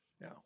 No